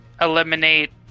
eliminate